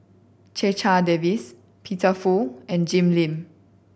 Checha Davies Peter Fu and Jim Lim